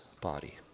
body